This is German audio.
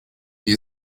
die